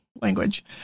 language